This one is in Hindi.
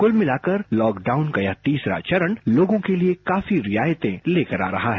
कुल मिलाकर लॉकडाउन गया तीसरा चरण लोगों के लिए काफी रियायतें लेकर आ रहा है